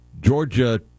Georgia